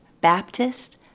Baptist